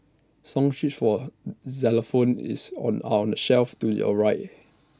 song sheets for xylophones is are on the shelf to your right